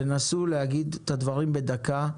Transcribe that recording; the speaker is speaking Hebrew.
תנסו להגיד את הדברים בדקה,